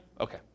Okay